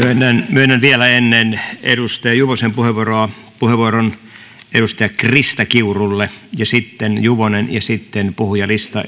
myönnän vielä ennen edustaja juvosen puheenvuoroa puheenvuoron edustaja krista kiurulle sitten juvonen ja sitten puhujalistaan